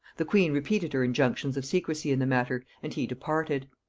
the queen repeated her injunctions of secrecy in the matter, and he departed.